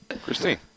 Christine